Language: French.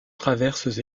traverses